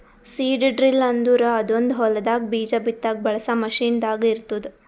seed drill ಅಂದುರ್ ಅದೊಂದ್ ಹೊಲದಾಗ್ ಬೀಜ ಬಿತ್ತಾಗ್ ಬಳಸ ಮಷೀನ್ ದಾಗ್ ಇರ್ತ್ತುದ